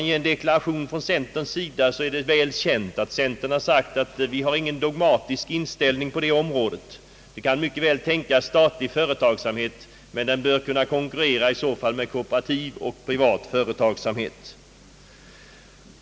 Av uttalanden från centerpartiets sida är det väl känt att vi inte har någon dogmatisk inställning på detta område. Vi kan mycket väl tänka oss statlig verksamhet, men den bör kunna konkurrera med kooperativ och privat företagsamhet.